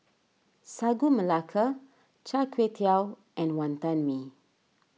Sagu Melaka Char Kway Teow and Wonton Mee